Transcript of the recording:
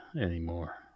anymore